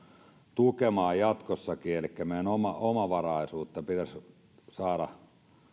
tukemaan jatkossakin elikkä meidän omavaraisuutta pitäisi saada